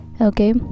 okay